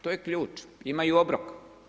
To je ključ, imaju obrok.